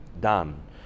done